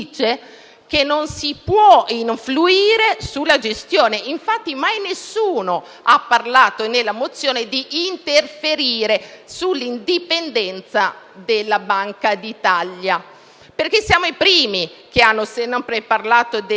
che non si può influire sulla gestione e, infatti, mai si parla nella mozione di interferire con l'indipendenza della Banca d'Italia, perché siamo i primi che hanno sempre parlato